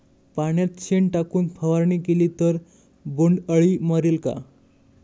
पाण्यात शेण टाकून फवारणी केली तर बोंडअळी मरेल का?